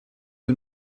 que